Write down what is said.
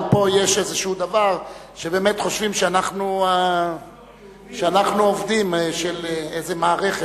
אבל פה יש איזשהו דבר שחושבים שאנחנו עובדים של איזה מערכת,